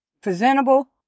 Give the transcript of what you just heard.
presentable